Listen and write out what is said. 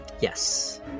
Yes